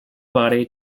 body